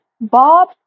bob